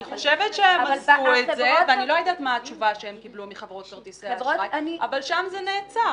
אני לא יודעת מה התשובה שהם קיבלו מחברות האשראי אבל שם זה נעצר.